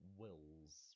wills